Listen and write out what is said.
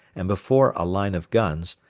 and before a line of guns,